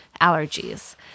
allergies